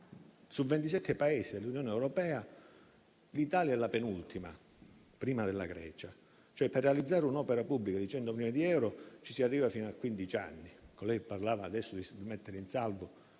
Paesi dell'Unione europea l'Italia è la penultima, prima della Grecia. Per realizzare un'opera pubblica di 100 milioni di euro si arriva fino a quindici anni. Lei ha parlato adesso di mettere in salvo